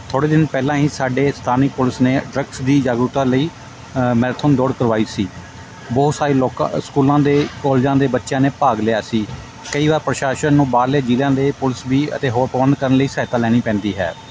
ਥੋੜ੍ਹੇ ਦਿਨ ਪਹਿਲਾਂ ਹੀ ਸਾਡੇ ਸਥਾਨੀ ਪੁਲਿਸ ਨੇ ਡਰੱਗਸ ਦੀ ਜਾਗਰੂਤਾ ਲਈ ਮੈਰਾਥੋਨ ਦੌੜ ਕਰਵਾਈ ਸੀ ਬਹੁਤ ਸਾਰੇ ਲੋਕਾਂ ਸਕੂਲਾਂ ਦੇ ਕੋਲੇਜਾਂ ਦੇ ਬੱਚਿਆਂ ਨੇ ਭਾਗ ਲਿਆ ਸੀ ਕਈ ਵਾਰ ਪ੍ਰਸ਼ਾਸਨ ਨੂੰ ਬਾਹਰਲੇ ਜ਼ਿਲ੍ਹਿਆ ਦੇ ਪੁਲਿਸ ਵੀ ਅਤੇ ਹੋਰ ਪੋਨ ਕਰਨ ਲਈ ਸਹਾਇਤਾ ਲੈਣੀ ਪੈਂਦੀ ਹੈ